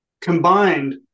Combined